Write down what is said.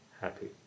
happy